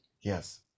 Yes